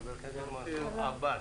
חבר הכנסת מנסור עבאס.